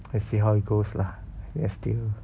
just see how it goes lah we are still